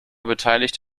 beteiligt